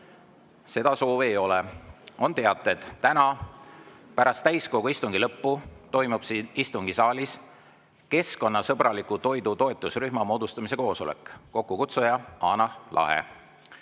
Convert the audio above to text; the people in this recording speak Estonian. Seda soovi ei ole. Teated. Täna pärast täiskogu istungi lõppu toimub siin istungisaalis keskkonnasõbraliku toidu toetusrühma moodustamise koosolek. Kokkukutsuja on Hanah Lahe.